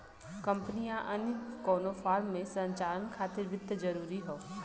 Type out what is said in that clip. company या अन्य कउनो फर्म के संचालन खातिर वित्त जरूरी हौ